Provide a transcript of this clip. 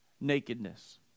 Nakedness